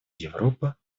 европа